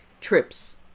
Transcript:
trips